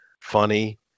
funny